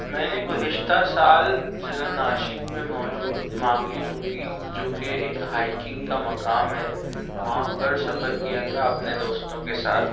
میں نے گزشتہ سال ضلع ناشک میں موجود مانگی ٹونگی جو کہ ایک ہائکنگ کا مقام ہے وہاں پر سفر کیا تھا اپنے دوستوں کے ساتھ